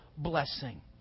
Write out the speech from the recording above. Blessing